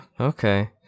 okay